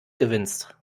gewinnst